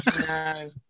No